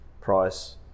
price